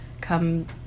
come